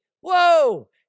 whoa